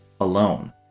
alone